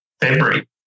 February